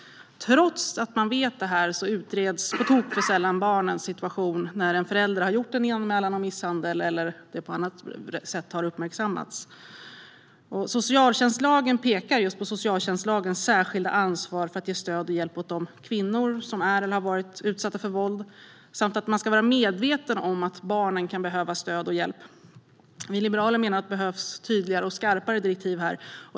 Trots att man vet det här utreds på tok för sällan barnens situation när en förälder har gjort en ny anmälan om misshandel eller det på annat sätt har uppmärksammats. Socialtjänstlagen pekar på socialtjänstlagens särskilda ansvar för att ge stöd och hjälp åt de kvinnor som är eller har varit utsatta för våld samt att man ska vara medveten om att barnen kan behöva stöd och hjälp. Vi liberaler menar att det behövs tydligare och skarpare direktiv här.